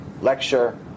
lecture